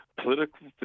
political